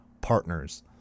partners